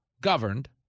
governed